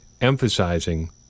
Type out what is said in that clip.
emphasizing